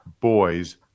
boys